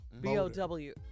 b-o-w